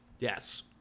Yes